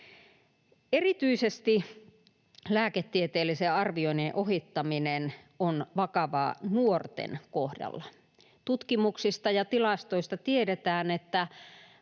virheellisinä. Lääketieteellisen arvioinnin ohittaminen on vakavaa erityisesti nuorten kohdalla. Tutkimuksista ja tilastoista tiedetään, että